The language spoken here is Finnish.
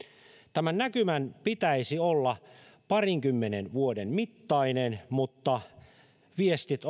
tämän näkymän pitäisi olla parinkymmenen vuoden mittainen mutta viestit